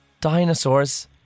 Dinosaurs